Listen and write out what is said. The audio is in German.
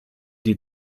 die